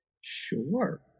Sure